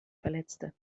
verletzte